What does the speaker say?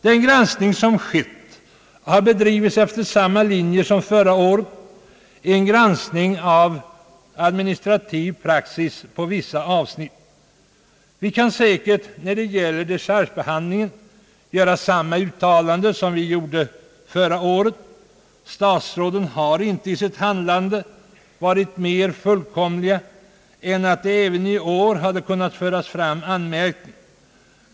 Den granskning som skett har bedrivits efter samma linje som förra året, en granskning av administrativ praxis på vissa avsnitt. När det gäller dechargebehandlingen kan vi säkert göra samma uttalande som förra året: Statsråden har inte i sitt handlande varit mer fullkomliga än att det även i år kunnat framföras anmärkningar.